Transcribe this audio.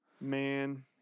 man